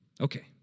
Okay